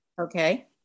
Okay